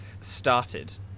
started